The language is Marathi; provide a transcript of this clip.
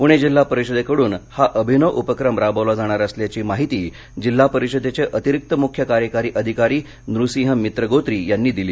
पृणे जिल्हा परिषदेकडून हा अभिनव उपक्रम राबवला जाणार असल्याची माहिती जिल्हा परिषदेचे अतिरिक्त मुख्य कार्यकारी अधिकारी नृसिंह मित्रगोत्री यांनी दिली